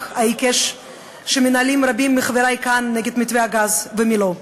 העיקש שמנהלים רבים מחברי כאן נגד מתווה הגז ומי לא,